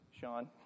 Sean